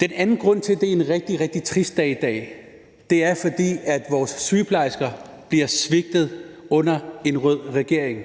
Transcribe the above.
Den anden grund til, at det er en rigtig, rigtig trist dag i dag, er, at vores sygeplejersker bliver svigtet under en rød regering,